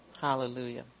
hallelujah